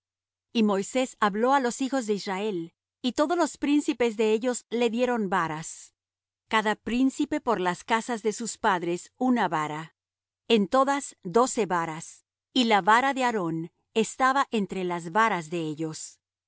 y moisés habló á los hijos de israel y todos los príncipes de ellos le dieron varas cada príncipe por las casas de sus padres una vara en todas doce varas y la vara de aarón estaba entre las varas de ellos